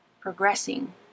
progressing